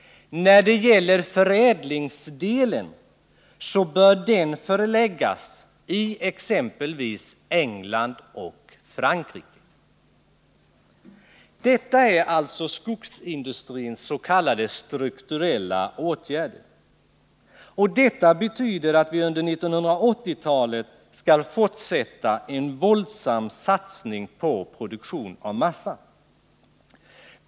När det gäller förädlingsdelen bör den förläggas till exempelvis England och Frankrike. Detta är alltså skogsindustrins ss.k. strukturella åtgärder. Detta betyder att vi under 1980-talet skall fortsätta med en våldsam satsning på produktion av massa.